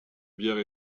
bière